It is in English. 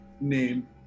name